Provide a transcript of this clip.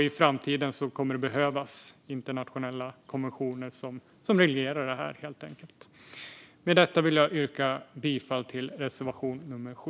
I framtiden kommer det att behövas internationella konventioner som reglerar detta. Jag yrkar bifall till reservation nummer 7.